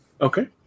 Okay